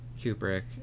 kubrick